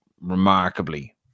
remarkably